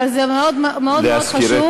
אבל זה מאוד מאוד חשוב.